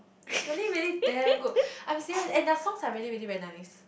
is really really damn good I'm serious and the songs are really really very nice